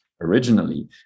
originally